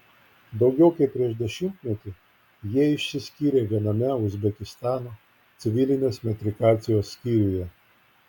daugiau kaip prieš dešimtmetį jie išsiskyrė viename uzbekistano civilinės metrikacijos skyriuje